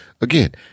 again